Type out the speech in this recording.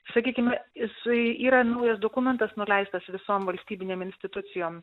sakykim isai yra naujas dokumentas nuleistas visom valstybinėm institucijom